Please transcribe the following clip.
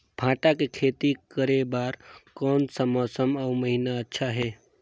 भांटा के खेती करे बार कोन सा मौसम अउ महीना अच्छा हे?